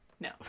No